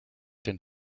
den